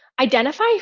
identify